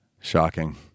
shocking